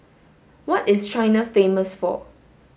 what is China famous for